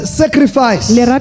sacrifice